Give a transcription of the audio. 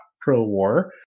pro-war